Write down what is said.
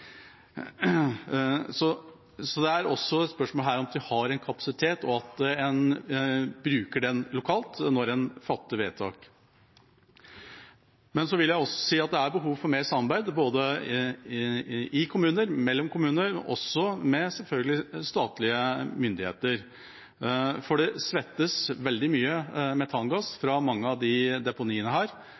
Så dette handler også om at de har en kapasitet, og at en bruker den lokalt når en fatter vedtak. Det er også behov for mer samarbeid, både i kommuner, mellom kommuner og med statlige myndigheter, for det svettes ut veldig mye metangass fra mange av disse deponiene,